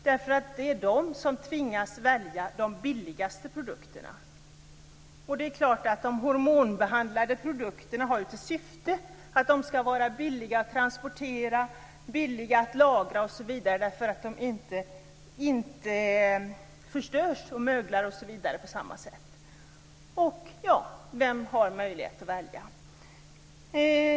Det är dessa människor som tvingas att välja de billigaste produkterna. De hormonbehandlade produkterna har ju till syfte att de skall vara billiga att transportera, att lagra osv., därför att de inte förstörs eller möglar på samma sätt som andra produkter. Och vem är det som har möjlighet att välja?